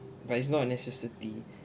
but it's not a necessity